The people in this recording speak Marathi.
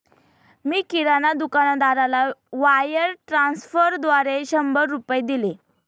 मी किराणा दुकानदाराला वायर ट्रान्स्फरद्वारा शंभर रुपये दिले